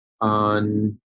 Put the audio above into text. on